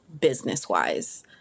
business-wise